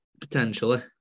Potentially